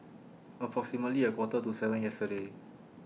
approximately A Quarter to seven yesterday